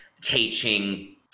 teaching